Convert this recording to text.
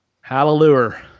Hallelujah